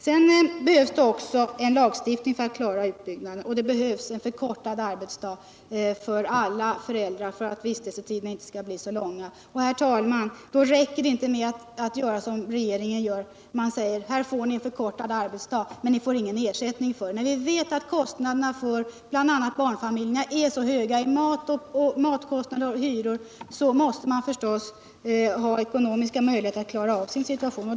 Det behövs också en lagstiftning för att klara utbyggnaden, och det behövs en förkortad arbetsdag för alla föräldrar för att vistelsetiderna på daghemmen inte skall bli så långa. Då räcker det inte att göra som regeringen, som säger: Här får ni en förkortad arbetsdag, men ni får ingen ersättning. Eftersom matoch hyreskostnaderna för bl.a. barnfamiljerna är så höga måste de förstås ha ekonomiska möjligheter att klara sin situation.